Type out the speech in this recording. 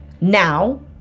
now